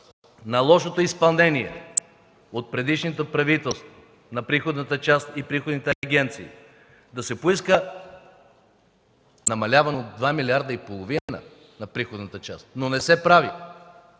на лошото изпълнение от предишното правителство на приходната част и приходните агенции, да се поиска намаляване от 2 милиарда и половина на приходната част, но не се прави.